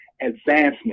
Advancement